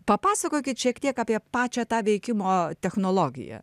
papasakokit šiek tiek apie pačią tą veikimo technologiją